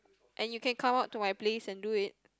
and you can come up to my place and do it